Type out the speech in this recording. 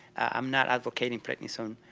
i'm not advocating prednisone.